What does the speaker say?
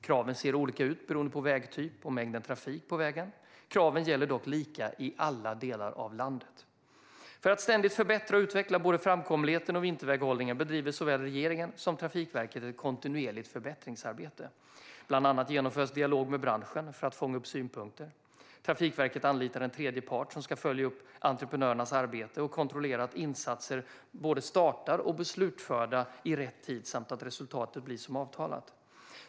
Kraven ser olika ut beroende på vägtyp och mängden trafik på vägen. Kraven gäller dock lika i alla delar av landet. För att ständigt förbättra och utveckla både framkomligheten och vinterväghållningen bedriver såväl regeringen som Trafikverket ett kontinuerligt förbättringsarbete. Bland annat genomförs dialog med branschen för att fånga upp synpunkter. Trafikverket anlitar en tredje part som ska följa upp entreprenörernas arbete och kontrollera att insatser både startar och blir slutförda i rätt tid samt att resultatet blir som avtalat.